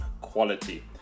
quality